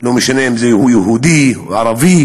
ולא משנה אם הוא יהודי או ערבי,